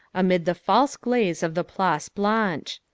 amid the false glaze of the place blanche.